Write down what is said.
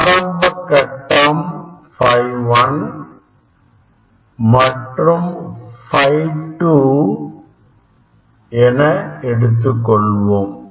ஆரம்பக் கட்டம் ∅ 1 மற்றும் ∅2 என எடுத்துக் கொள்வோம்